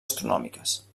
astronòmiques